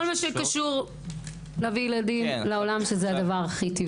כל מה שקשור להביא ילדים לעולם שזה הדבר הכי טבעי.